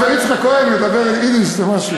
אם כבר יצחק כהן מדבר יידיש, זה משהו.